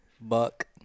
Buck